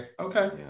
okay